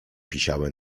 pisiały